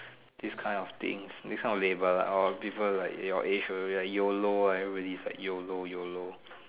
this kind of things this kind of labour ah or people like your age will be like Y_O_L_O everybody is like Y_O_L_O Y_O_L_O